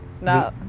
No